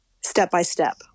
step-by-step